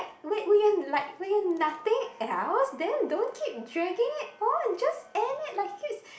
we we had like we had nothing else then don't keep dragging it on just end it like he keeps